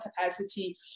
capacity